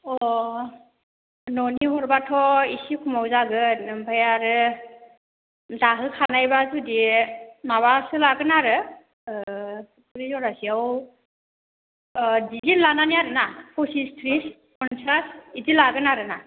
अह न'नि हरबाथ' एसे खमाव जागोन आमफ्राय आरो दाहोखानायबा जुदि माबासो लागोन आरो ओह खुरखुरि जरासेआव ओह डिजेन लानानै आरो ना फचिस थ्रिस फनसास बिदि लागोन आरो ना